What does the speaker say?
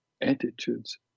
attitudes